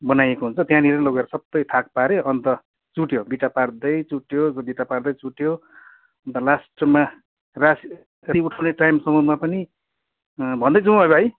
बनाइएको हुन्छ त्यहाँनिर लोगेर सबै थाक पाऱ्यो अन्त चुट्यो बिटा पार्दै चुट्यो बिटा पार्दै चुट्यो अन्त लास्टमा रासी उठाउने टाइमसम्ममा पनि भन्दै जाउँ है भाइ